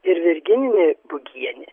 ir virgininį bugienį